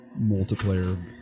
multiplayer